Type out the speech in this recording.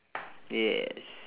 yes